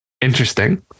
interesting